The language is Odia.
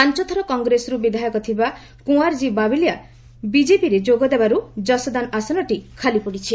ପାଞ୍ଚ ଥର କଂଗ୍ରେସରୁ ବିଧାୟକ ଥିବା କୁଆଁରଜୀ ବାବାଲିୟା ବିକେପିରେ ଯୋଗ ଦେବାରୁ ଯଶଦାନ ଆସନଟି ଖାଲି ପଡ଼ିଛି